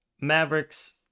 Mavericks